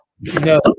No